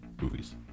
movies